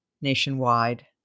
nationwide